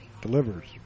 delivers